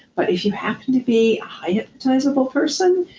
but if you happen to be a high hypnotizable person,